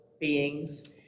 beings